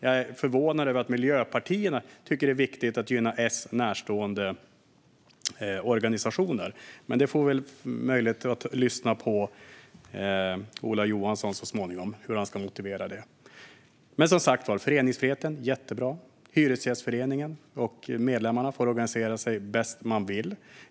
Jag är förvånad över att Miljöpartiet tycker att det är viktigt att gynna S närstående organisationer. Men vi får väl möjlighet att lyssna på Ola Johansson så småningom och höra hur han motiverar det. Som sagt var: Det är jättebra med föreningsfrihet. Hyresgästföreningen och medlemmarna får organisera sig bäst de vill.